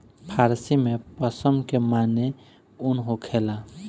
फ़ारसी में पश्म के माने ऊन होखेला